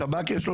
השב"כ יש לו